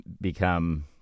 become